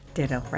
Ditto